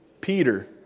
Peter